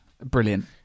Brilliant